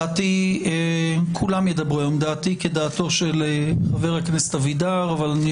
דעתי כדעתו של חבר הכנסת אבידר אבל גם